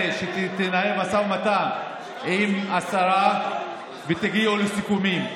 שתנהל משא ומתן עם השרה ותגיעו לסיכומים?